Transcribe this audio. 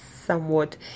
somewhat